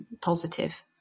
positive